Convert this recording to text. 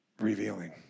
revealing